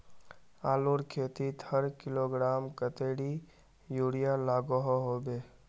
आलूर खेतीत हर किलोग्राम कतेरी यूरिया लागोहो होबे?